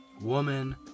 woman